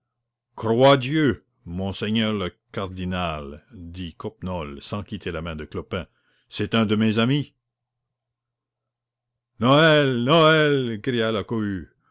croix dieu monseigneur le cardinal dit coppenole sans quitter la main de clopin c'est un de mes amis noël noël cria la cohue